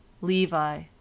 Levi